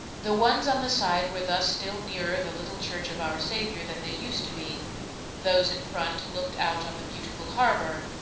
the ones on the side were thus still nearer the little church of our saviour than they used to be those in front looked out on the beautiful harbor,